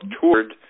toured